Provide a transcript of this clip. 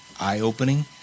eye-opening